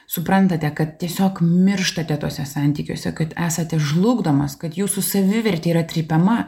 suprantate kad tiesiog mirštate tuose santykiuose kad esate žlugdomas kad jūsų savivertė yra trypiama